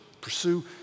pursue